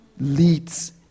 leads